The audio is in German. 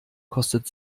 kostet